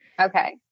Okay